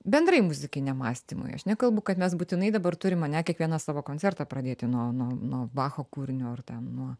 bendrai muzikiniam mąstymui aš nekalbu kad mes būtinai dabar turim ane kiekvienas savo koncertą pradėti nuo nuo nuo bacho kūrinio ar ten nuo